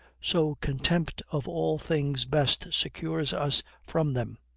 so contempt of all things best secures us from them.